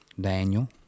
daniel